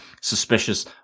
suspicious